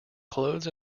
clothes